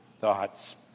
thoughts